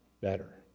better